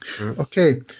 Okay